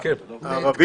והיא נגזרת גם מהסכמים,